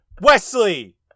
Wesley